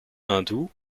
hindoue